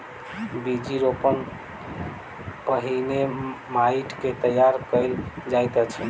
बीज रोपण सॅ पहिने माइट के तैयार कयल जाइत अछि